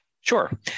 Sure